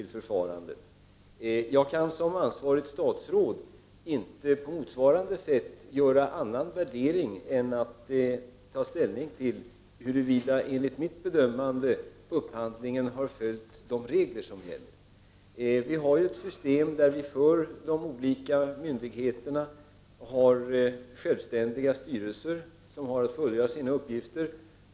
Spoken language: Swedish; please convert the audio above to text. På motsvarande sätt kan jag som ansvarigt statsråd inte göra en annan värdering än att ta ställning till frågan huruvida upphandlingen enligt mitt bedömande skett enligt de regler som gäller. Vi har ett system där de olika myndigheterna har självständiga styrelser som har att fullgöra sina uppgifter.